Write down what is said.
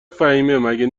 فهیمهمگه